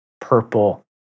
purple